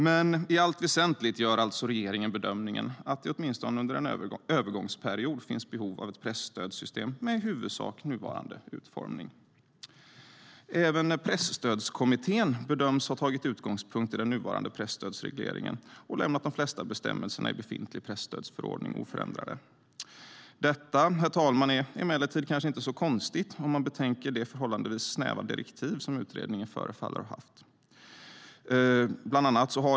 Men i allt väsentligt gör regeringen bedömningen att det åtminstone under en övergångsperiod finns behov av ett presstödssystem med i huvudsak nuvarande utformning. Även Presstödskommittén bedöms ha tagit utgångspunkt i den nuvarande presstödsregleringen och lämnat de flesta bestämmelserna i befintlig presstödsförordning oförändrade. Detta, herr talman, är kanske inte så konstigt om man betänker att de direktiv som utredningen förefaller ha haft varit förhållandevis snäva.